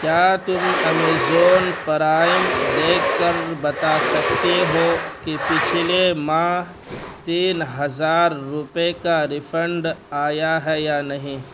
کیا تم Amazon Prime دیکھ کر بتا سکتے ہو کہ پچھلے ماہ تین ہزار روپئے کا ریفنڈ آیا ہے یا نہیں